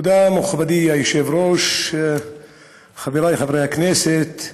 תודה, מכובדי היושב-ראש, חבריי חברי הכנסת,